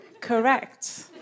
Correct